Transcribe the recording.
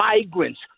migrants